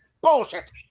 bullshit